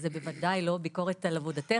וזאת בוודאי לא ביקורת על עבודתך,